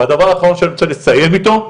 והדבר אחרון שאני רוצה לסיים איתו,